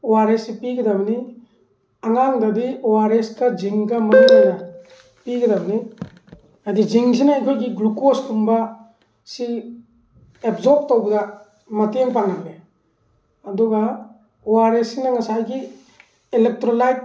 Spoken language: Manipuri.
ꯑꯣ ꯑꯥꯔ ꯑꯦꯁꯁꯤ ꯄꯤꯒꯗꯕꯅꯤ ꯑꯉꯥꯡꯗꯗꯤ ꯑꯣ ꯑꯥꯔ ꯑꯦꯁꯀ ꯖꯤꯡꯀ ꯃꯔꯨꯑꯣꯏꯅ ꯄꯤꯒꯗꯕꯅꯤ ꯍꯥꯏꯗꯤ ꯖꯤꯡꯁꯤꯅ ꯑꯩꯈꯣꯏ ꯒ꯭ꯂꯨꯀꯣꯁ ꯀꯨꯝꯕꯁꯤ ꯑꯦꯕꯖꯣꯔꯕ ꯇꯧꯕꯗ ꯃꯇꯦꯡ ꯄꯥꯡꯍꯜꯂꯤ ꯑꯗꯨꯒ ꯑꯣ ꯑꯥꯔ ꯑꯦꯁꯁꯤꯅ ꯉꯁꯥꯏꯒꯤ ꯏꯂꯦꯛꯇ꯭ꯔꯣꯂꯥꯏꯠ